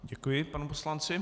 Děkuji panu poslanci.